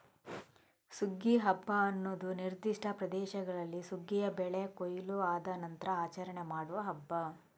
ಸುಗ್ಗಿ ಹಬ್ಬ ಅನ್ನುದು ನಿರ್ದಿಷ್ಟ ಪ್ರದೇಶಗಳಲ್ಲಿ ಸುಗ್ಗಿಯ ಬೆಳೆ ಕೊಯ್ಲು ಆದ ನಂತ್ರ ಆಚರಣೆ ಮಾಡುವ ಹಬ್ಬ